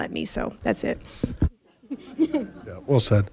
let me so that's it well s